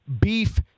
beef